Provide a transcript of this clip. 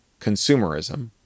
Consumerism